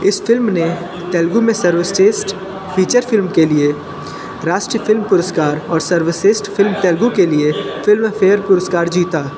इस फिल्म ने तेलुगु में सर्वश्रेष्ठ फीचर फिल्म के लिए राष्ट्रीय फिल्म पुरस्कार और सर्वश्रेष्ठ फिल्म तेलुगु के लिए फिल्मफेयर पुरस्कार जीता